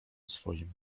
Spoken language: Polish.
swoim